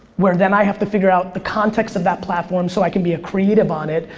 where then i have to figure out the context of that platform so i can be a creative on it,